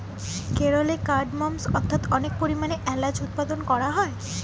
কেরলে কার্ডমমস্ অর্থাৎ অনেক পরিমাণে এলাচ উৎপাদন করা হয়